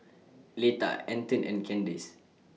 Leta Antone and Kandace